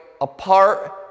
apart